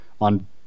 on